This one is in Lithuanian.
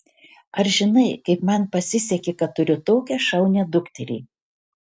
ar žinai kaip man pasisekė kad turiu tokią šaunią dukterį